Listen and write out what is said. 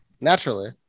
Naturally